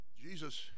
Jesus